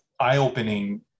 eye-opening